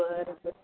बरं बरं